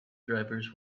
drivers